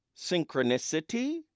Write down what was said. synchronicity